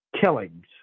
killings